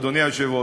אדוני היושב-ראש.